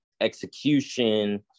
execution